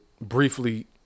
briefly